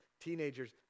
Teenagers